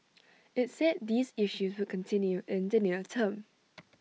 IT said these issues would continue in the near term